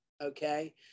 Okay